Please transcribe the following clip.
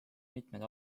mitmeid